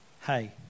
Hey